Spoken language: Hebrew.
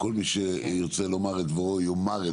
כל מי שירצה לומר את דברו יאמר את